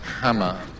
hammer